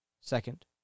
Second